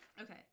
Okay